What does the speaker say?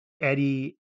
eddie